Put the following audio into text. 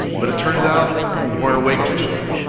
but it turns out we weren't awake just yet.